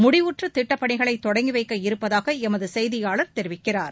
முடிவுற்ற திட்டப் பணிகளை தொடங்கி வைக்க இருப்பதாக எமது செய்தியாளர் தெரிவிக்கிறார்